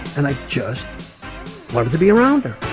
and i just wanted to be around her